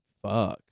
Fuck